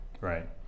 Right